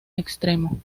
extremo